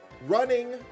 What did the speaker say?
running